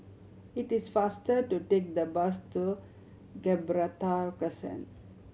it is faster to take the bus to Gibraltar Crescent